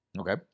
Okay